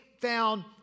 found